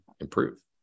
improve